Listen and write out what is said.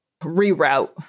reroute